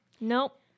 Nope